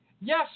Yes